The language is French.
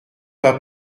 pas